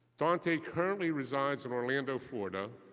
dante currently resides in orlando, florida,